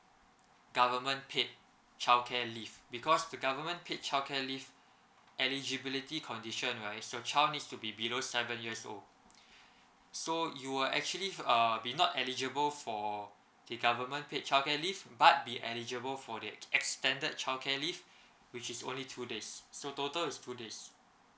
government paid childcare leave because the government paid childcare leave eligibility condition right is your child needs to be below seven years old so you were actually err be not eligible for the government paid childcare leave but be eligible for the extended childcare leave which is only two days so total is two days